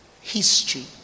history